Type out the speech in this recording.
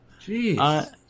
Jeez